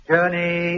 Journey